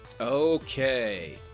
Okay